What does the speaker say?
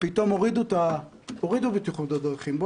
פתאום הורידו את הוועדה לבטיחות בדרכים ואמרו: